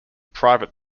private